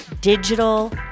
Digital